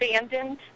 abandoned